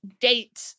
date